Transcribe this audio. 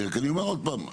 אני אומר עוד פעם,